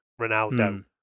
Ronaldo